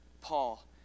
Paul